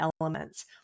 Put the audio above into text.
elements